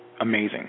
amazing